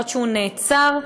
הוא נעצר,